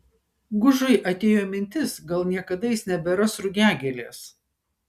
gužui atėjo mintis gal niekada jis neberas rugiagėlės